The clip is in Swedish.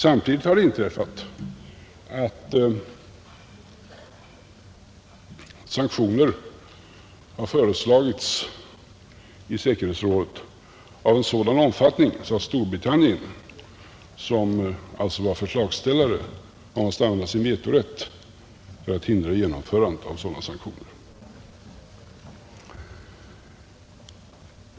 Samtidigt har det inträffat att sanktioner har föreslagits i säkerhetsrådet av sådan omfattning att Storbritannien, som alltså ursprungligen var förslagsställare, måste använda sin vetorätt för att hindra genomförandet av sådana sanktioner.